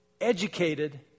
educated